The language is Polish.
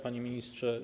Panie Ministrze!